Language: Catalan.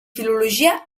filologia